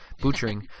Butchering